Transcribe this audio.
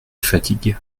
fatigue